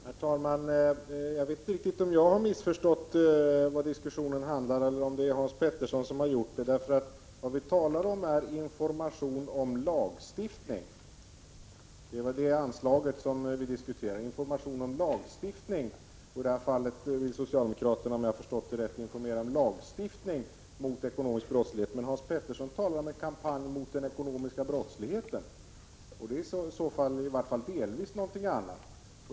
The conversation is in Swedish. Herr talman! Jag vet inte riktigt om det är jag som har missförstått vad diskussionen handlar om eller om det är Hans Pettersson i Helsingborg som gjort det. Vad vi talar om här är information om lagstiftning. Det gäller det anslaget. I det fallet vill socialdemokraterna, om jag har förstått det rätt, informera om lagstiftning mot ekonomisk brottslighet. Men Hans Pettersson i Helsingborg talar om en kampanj mot den ekonomiska brottsligheten. Det äriså falli varje fall delvis någonting annat.